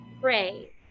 pray